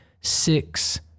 six